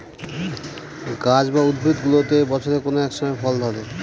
গাছ বা উদ্ভিদগুলোতে বছরের কোনো এক সময় ফল ধরে